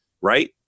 Right